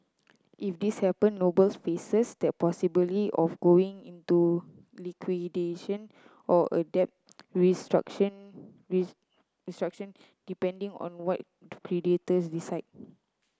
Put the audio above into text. if this happen Noble's faces the possibility of going into liquidation or a debt restructuring restructuring depending on what creditors decide